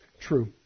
true